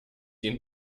ihn